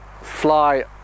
fly